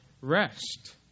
rest